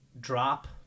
drop